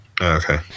Okay